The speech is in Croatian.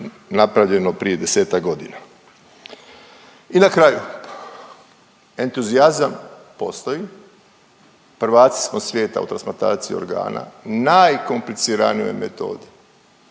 napravljeno prije desetak godina. I na kraju, entuzijazam postoji, prvaci smo svijeta u transplantaciji organa najkompliciranijoj metodi,